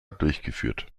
durchgeführt